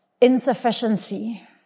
insufficiency